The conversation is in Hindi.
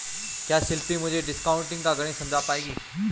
क्या शिल्पी मुझे डिस्काउंटिंग का गणित समझा पाएगी?